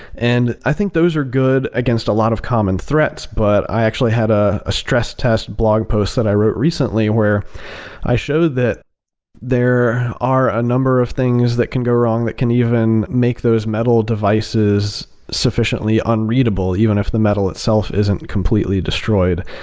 and i think those are good against a lot of common threats, but i actually have ah a stress test blog post that i wrote recently where i show that there are a number of things that can go wrong that can even make those metal devices sufficiently unreadable even if the metal itself isn't completely destroyed.